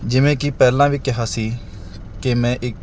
ਜਿਵੇਂ ਕਿ ਪਹਿਲਾਂ ਵੀ ਕਿਹਾ ਸੀ ਕਿ ਮੈਂ